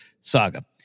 Saga